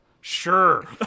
Sure